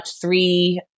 three